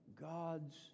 God's